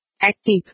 Active